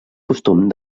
costum